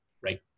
right